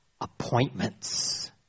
appointments